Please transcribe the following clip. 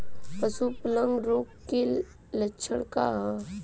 पशु प्लेग रोग के लक्षण का ह?